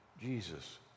Jesus